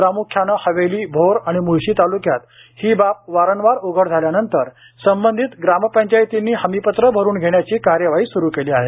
प्रामुख्यानं हवेली भोर आणि मुळशी तालुक्यात ही बाब वारंवार उघड झाल्यानंतर संबंधित ग्रामपंचायतींनी हमीपत्र भरून घेण्याची कार्यवाही सुरू केली आहे